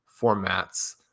formats